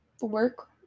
work